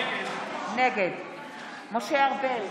נגד משה ארבל,